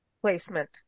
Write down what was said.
placement